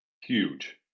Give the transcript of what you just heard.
Huge